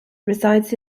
resides